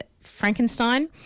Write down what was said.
Frankenstein